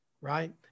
right